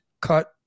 cut